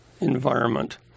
environment